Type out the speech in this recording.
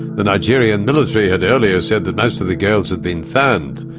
the nigerian military had earlier said that most of the girls had been found,